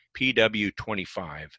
PW25